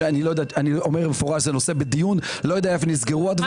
אני לא יודע איפה נסגרו הדברים.